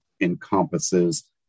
encompasses